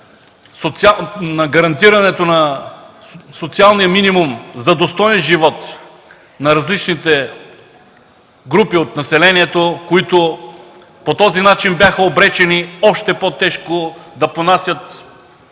на гарантирането на социалния минимум за достоен живот на различните групи от населението, които по този начин бяха обречени още по-тежко да понасят